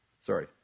Sorry